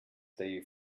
they